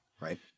right